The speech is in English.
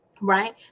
right